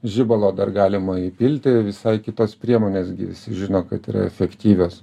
žibalo dar galima įpilti visai kitos priemonės gi visi žino kad yra efektyvios